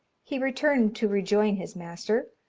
he returned to rejoin his master,